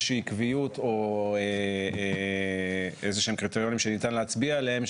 איזו שהיא עקביות או אילו שהם קריטריונים שניתן להצביע עליהם,